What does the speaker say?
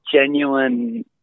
genuine